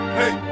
hey